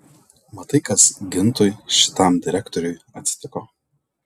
matai kas gintui šitam direktoriui atsitiko